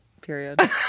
Period